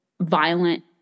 violent